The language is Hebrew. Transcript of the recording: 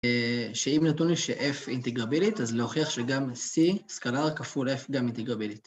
שאם נתונים ש-F אינטגרבילית, אז להוכיח שגם C, סקלר כפול F, גם אינטגרבילית